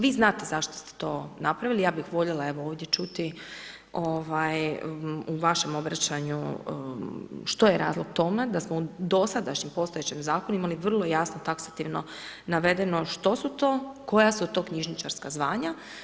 Vi znate zašto ste to napravili, ja bih voljela ovdje evo čuti, u vašem obećanju što je razlog tome da smo u dosadašnjem postojećem zakonu imali vrlo jasno taksativno navedeno što su to, koja su to knjižničarska zvanja.